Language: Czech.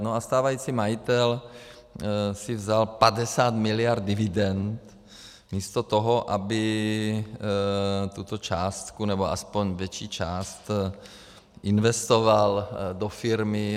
No a stávající majitel si vzal padesát miliard dividend místo toho, aby tuto částku, nebo aspoň větší část, investoval do firmy.